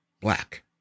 black